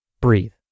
breathe